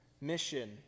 mission